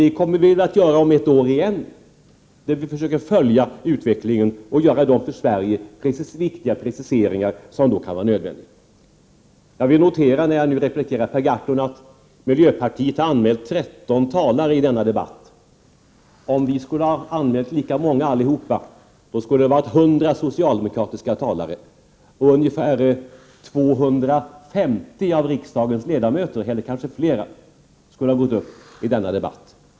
Det kommer vi att göra om ett år igen. Vi försöker följa utvecklingen och göra de för Sverige viktiga preciseringar som kan bli nödvändiga. Jag noterar att miljöpartiet har anmält 13 talare i denna debatt. Om vi alla hade gjort likadant, då hade det varit 100 socialdemokratiska talare och ungefär 250 av riksdagens ledamöter, kanske fler, som gått upp i denna debatt.